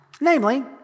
Namely